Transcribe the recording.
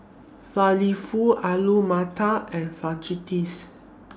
Falafel Alu Matar and Fajitas